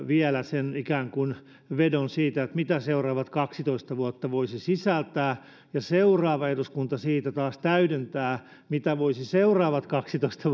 ikään kuin vedon siitä mitä seuraavat kaksitoista vuotta voisivat sisältää ja seuraava eduskunta siitä taas täydentää mitä voisivat seuraavat kaksitoista